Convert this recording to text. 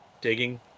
digging